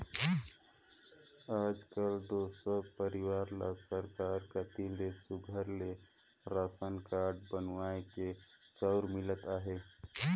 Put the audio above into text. आएज काएल दो सब परिवार ल सरकार कती ले सुग्घर ले रासन कारड बनुवाए के चाँउर मिलत अहे